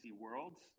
worlds